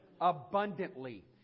abundantly